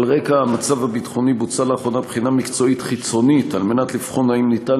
ועל רקע המצב הביטחוני בוצעה בחינה מקצועית חיצונית על מנת לבחון אם ניתן